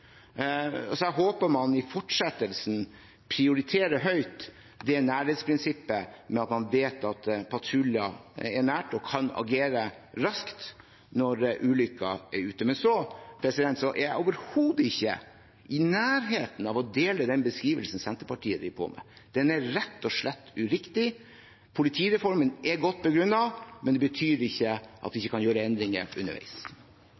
Jeg håper man i fortsettelsen prioriterer nærhetsprinsippet høyt når man vet at patruljer i nærheten kan agere raskt når ulykken er ute. Jeg er overhodet ikke i nærheten av å dele den beskrivelsen Senterpartiet driver på med. Den er rett og slett uriktig. Politireformen er godt begrunnet, men det betyr ikke at det ikke kan gjøres endringer underveis.